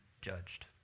judged